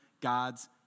God's